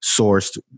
sourced